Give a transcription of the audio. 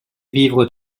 vivre